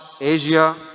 Asia